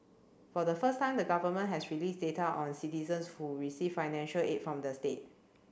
for the first time the government has released data on citizens who receive financial aid from the state